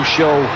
Show